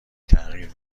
تغییر